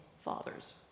fathers